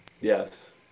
yes